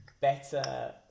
better